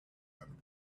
and